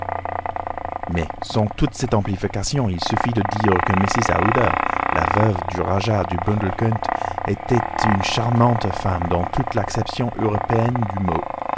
mais sans toute cette amplification il suffit de dire que mrs aouda la veuve du rajah du bundelkund était une charmante femme dans toute l'acception européenne du mot